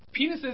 Penises